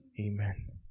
Amen